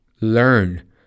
Learn